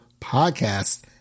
Podcast